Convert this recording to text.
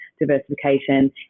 diversification